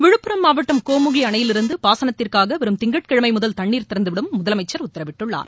விழுப்புரம் மாவட்டம் கோமுகி அணையிலிருந்து பாசனத்திற்காக வரும்திங்கட்கிழமை முதல் தண்ணீர் திறந்துவிடவும் முதலமைச்சர் உத்தரவிட்டுள்ளார்